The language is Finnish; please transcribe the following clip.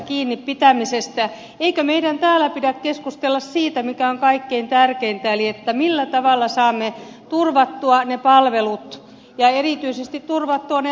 eikö meidän täällä pidä keskustella siitä mikä on kaikkein tärkeintä eli että millä tavalla saamme turvattua ne palvelut ja erityisesti turvattua ne lähipalvelut